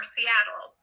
Seattle